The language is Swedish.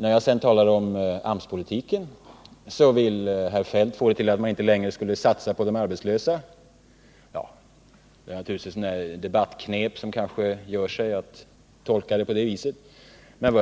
När jag sedan talade om AMS-politiken ville herr Feldt få det till att man inte skulle satsa på arbetslösa. Det är naturligtvis ett debattknep, som gör att man kan tolka på det sättet. Men